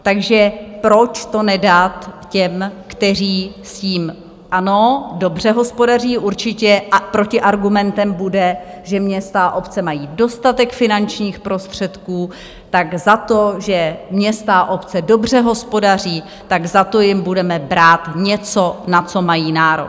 Takže proč to nedat těm, kteří s tím ano, dobře hospodaří určitě, a protiargumentem bude, že města a obce mají dostatek finančních prostředků tak za to, že města a obce dobře hospodaří, tak za to jim budeme brát něco, na co mají nárok.